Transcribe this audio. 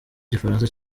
igifaransa